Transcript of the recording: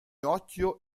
occhio